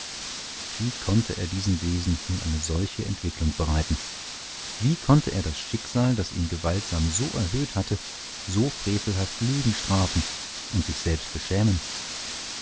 wie konnte er diesem wesen nun eine solche entwicklung bereiten wie konnte er das schicksal das ihn gewaltsam so erhöht hatte so frevelhaft lügen strafen und sich selbst beschämen